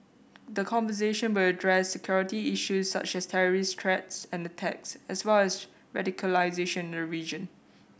the conversation will address security issues such as terrorist threats and attacks as well as radicalisation the region